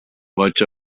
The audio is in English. much